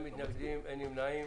אין מתנגדים ואין נמנעים.